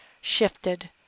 shifted